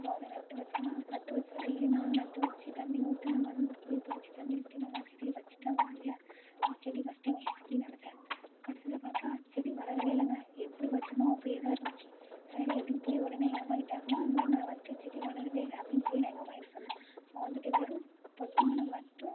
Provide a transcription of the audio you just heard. அப்புறம் அதை நட்டு வச்சேனா நட்டு வச்சு டெய்லி நானும் நட்டு வச்சு தண்ணி ஊற்றினேன் மண் குழிப்பறிச்சு தண்ணி ஊற்றி நல்லா செடியை வச்சிட்டேன் ஒரு வழியாக செடியை வச்சிட்டோமே அப்படின்னு நினச்சேன் கடைசியில பார்த்தா செடி வளரவே இல்லைங்க எப்படி வச்சேனோ அப்படியே தான் இருந்துச்சு சரி அப்படின்டு போய் உடனே எங்கள் அம்மாக்கிட்ட அம்மா இந்தமாதிரி நான் வச்ச செடி வளரவே இல்லை அப்படின்னு போய் நான் எங்கள் அம்மாக்கிட்ட சொன்னேன் அவங்க வந்துட்டு வெறும் பட்டை மண்ணை மட்டும்